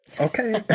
Okay